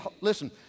listen